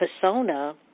persona